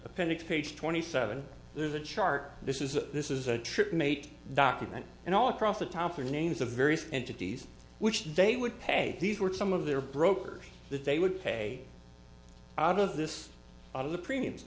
appendix page twenty seven there's a chart this is a this is a true mate document and all across the top are names of various entities which they would pay these were some of their brokers that they would pay out of this of the premiums